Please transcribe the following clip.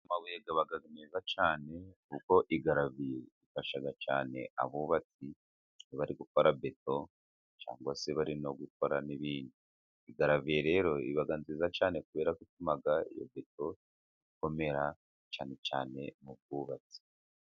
Amabuye aba meza cyane, kuko afasha cye abubatsi bari gukora beto, cyangwa se bari no gukora ibindi. Igaraviye rero, iba nziza cyane, kubera ko ituma iyo beto ikomera, cyane cyane mu bwubatsi.